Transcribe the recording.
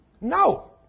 No